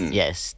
yes